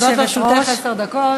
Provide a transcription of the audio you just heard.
לרשותך עשר דקות.